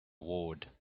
ward